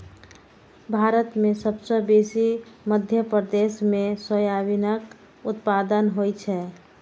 भारत मे सबसँ बेसी मध्य प्रदेश मे सोयाबीनक उत्पादन होइ छै